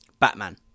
Batman